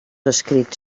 escrits